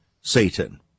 Satan